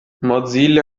mozilla